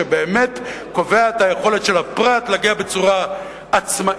שבאמת קובע את היכולת של הפרט להגיע בצורה עצמאית